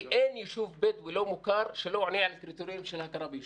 כי אין יישוב בדואי לא מוכר שלא עונה על קריטריונים של הכרה ביישוב.